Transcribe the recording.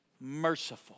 merciful